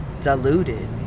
diluted